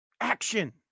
Action